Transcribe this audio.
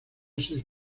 seis